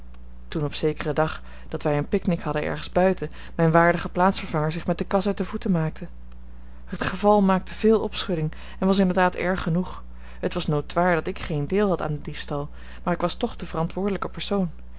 toen op zekeren dag dat wij een pick nick hadden ergens buiten mijn waardige plaatsvervanger zich met de kas uit de voeten maakte het geval maakte veel opschudding en was inderdaad erg genoeg het was notoir dat ik geen deel had aan den diefstal maar ik was toch de verantwoordelijke persoon